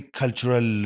cultural